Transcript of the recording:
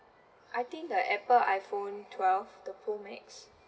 I think the apple iphone twelve the pro max